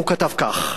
והוא כתב כך: